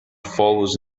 follows